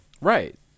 Right